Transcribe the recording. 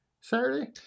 saturday